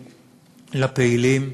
לפעילים,